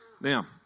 Now